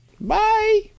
Bye